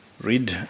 read